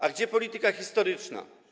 A gdzie polityka historyczna?